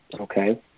Okay